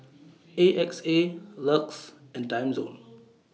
A X A LUX and Timezone